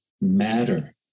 matter